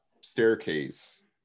staircase